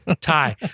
tie